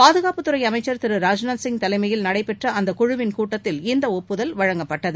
பாதுகாப்புத்துறை அமைச்சர் திரு ராஜ்நாத் சிங் தலைமையில் நடைபெற்ற அந்த குழுவின் கூட்டத்தில் இந்த ஒப்புதல் வழங்கப்பட்டது